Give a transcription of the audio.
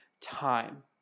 time